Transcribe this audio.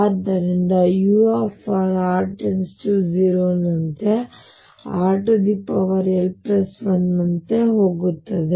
ಆದ್ದರಿಂದ ur r 0 ನಂತೆ rl1 ನಂತೆ ಹೋಗುತ್ತದೆ